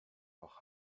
auch